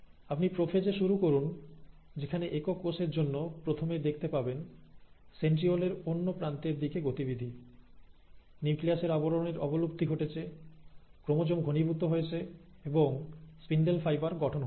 আপনি প্রোফেজ এ শুরু করুন যেখানে একক কোষের জন্য প্রথমে দেখতে পাবেন সেন্ট্রিওলের অন্য প্রান্তের দিকে গতিবিধি নিউক্লিয়াসের আবরণের অবলুপ্তি ঘটেছে ক্রোমোজোম ঘনীভূত হয়েছে এবং স্পিন্ডেল ফাইবার গঠন হয়েছে